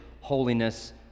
holiness